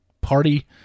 party